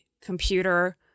computer